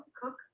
cook